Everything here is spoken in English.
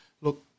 Look